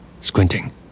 Squinting